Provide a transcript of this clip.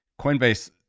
Coinbase